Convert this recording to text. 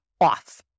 off